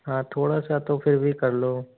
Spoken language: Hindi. हाँ थोड़ा सा तो फ़िर भी कर लो